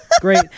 great